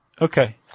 Okay